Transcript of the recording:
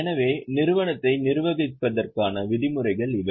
எனவே நிறுவனத்தை நிர்வகிப்பதற்கான விதிமுறைகள் இவை